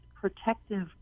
protective